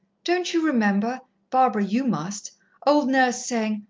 don't you remember barbara, you must old nurse saying,